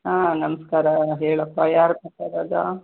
ಹಾಂ ನಮಸ್ಕಾರ ಹೇಳಪ್ಪ ಯಾರು ಮಾತಾಡೋದೂ